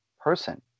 person